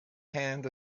hand